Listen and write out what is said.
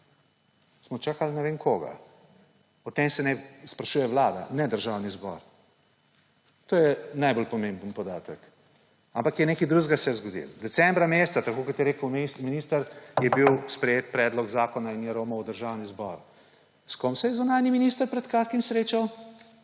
smo čakali ne vem koga. O tem se naj sprašuje Vlada, ne Državni zbor. To je najbolj pomemben podatek. Ampak se je nekaj drugega zgodilo. Decembra meseca, tako kot je rekel minister, je bil sprejet predlog zakona in je romal v Državni zbor. S kom se je zunanji minister pred kratkim srečal?